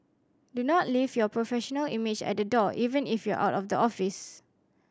do not leave your professional image at the door even if you are out of the office